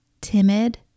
timid